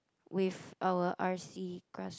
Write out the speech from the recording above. with our R_C grass